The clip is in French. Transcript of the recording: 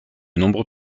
nombreux